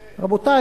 רבותי,